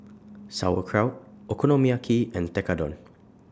Sauerkraut Okonomiyaki and Tekkadon